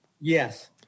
Yes